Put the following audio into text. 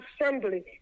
assembly